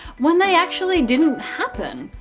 when they actually didn't happen.